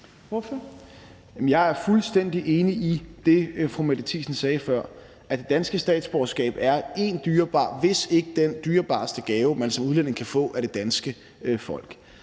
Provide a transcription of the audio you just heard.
Jeg er fuldstændig enig i det, som fru Mette Thiesen sagde før, altså at det danske statsborgerskab er en dyrebar, hvis ikke den dyrebareste gave, man som udlænding kan få af det danske folk,